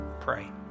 pray